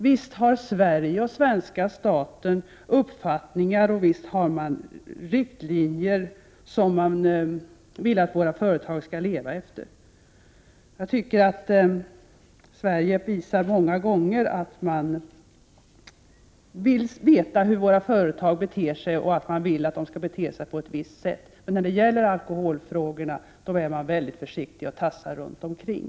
Visst har Sverige och svenska staten uppfattningar, och visst har man riktlinjer som man vill att våra företag skall leva efter! Sverige har många gånger visat att man vill veta hur svenska företag beter sig och att dessa bör bete sig på ett visst sätt, men när det gäller alkoholfrågorna är man väldigt försiktig och tassar runt omkring.